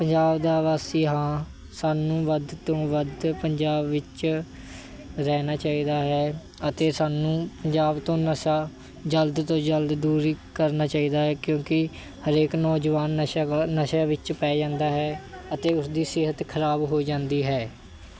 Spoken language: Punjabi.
ਪੰਜਾਬ ਦਾ ਵਾਸੀ ਹਾਂ ਸਾਨੂੰ ਵੱਧ ਤੋਂ ਵੱਧ ਪੰਜਾਬ ਵਿੱਚ ਰਹਿਣਾ ਚਾਹੀਦਾ ਹੈ ਅਤੇ ਸਾਨੂੰ ਪੰਜਾਬ ਤੋਂ ਨਸ਼ਾ ਜਲਦ ਤੋਂ ਜਲਦ ਦੂਰ ਕਰਨਾ ਚਾਹੀਦਾ ਹੈ ਕਿਉਂਕਿ ਹਰੇਕ ਨੌਜਵਾਨ ਨਸ਼ਾ ਨਸ਼ਿਆਂ ਵਿੱਚ ਪੈ ਜਾਂਦਾ ਹੈ ਅਤੇ ਉਸਦੀ ਸਿਹਤ ਖਰਾਬ ਹੋ ਜਾਂਦੀ ਹੈ